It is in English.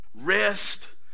Rest